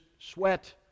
sweat